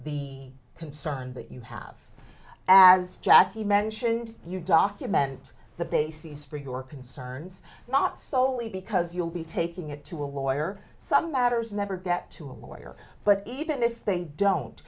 the concerns that you have as jackie mentioned you document the bases for your concerns not solely because you'll be taking it to a lawyer some matters never get to a lawyer but even if they don't